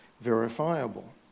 verifiable